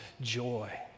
joy